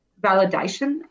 validation